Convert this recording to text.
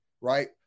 right